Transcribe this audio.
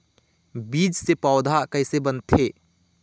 बीज से पौधा कैसे बनथे?